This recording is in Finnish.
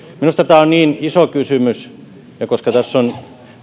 minusta tämä on niin iso kysymys ja koska tässä on